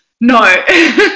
no